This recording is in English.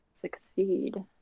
succeed